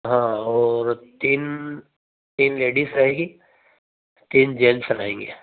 हाँ और तीन तीन लेडीज़ रहेंगी तीन जेंट्स रहेंगे